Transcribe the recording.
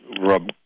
rub